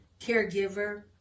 caregiver